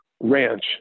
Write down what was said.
ranch